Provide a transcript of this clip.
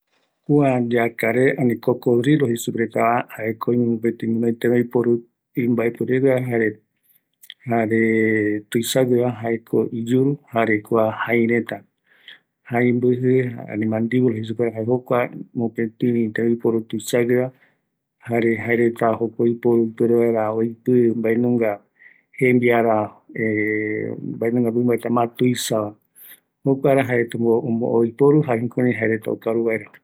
Kua yakare öime guinoi tembiporu imbaepueregueva, jaeko iyuru ,jare jaï reta, jokua oiporu oipɨ vaera jembiareta, yepe tuisa tei erei guinoi mɨrata tatagueva, jae kua tembiporu ikavi gueva